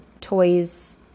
toys